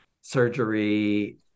surgery